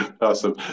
awesome